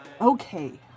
Okay